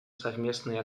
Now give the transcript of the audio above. совместные